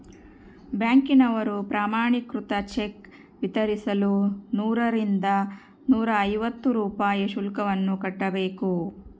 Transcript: ಬ್ಯಾಂಕಿನವರು ಪ್ರಮಾಣೀಕೃತ ಚೆಕ್ ವಿತರಿಸಲು ನೂರರಿಂದ ನೂರೈವತ್ತು ರೂಪಾಯಿ ಶುಲ್ಕವನ್ನು ಕಟ್ಟಬೇಕು